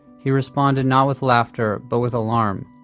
he responded not with laughter but with alarm.